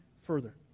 further